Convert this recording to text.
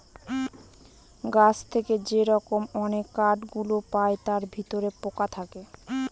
গাছ থেকে যে রকম অনেক কাঠ গুলো পায় তার ভিতরে পোকা থাকে